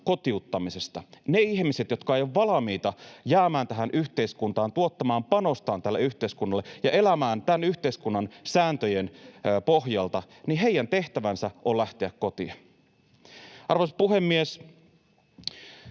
kotiuttamisesta. Niiden ihmisten, jotka eivät ole valmiita jäämään tähän yhteiskuntaan, tuottamaan panostaan tälle yhteiskunnalle ja elämään tämän yhteiskunnan sääntöjen pohjalta, tehtävä on lähteä kotia. Arvoisa puhemies!